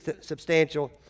substantial